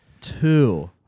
two